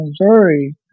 Missouri